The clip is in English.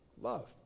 Love